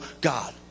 God